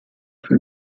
für